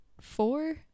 four